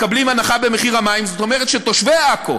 מקבלים הנחה במחיר המים, זאת אומרת שתושבי עכו,